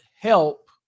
help